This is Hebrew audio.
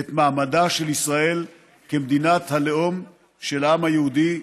את מעמדה של ישראל כמדינת הלאום של העם היהודי.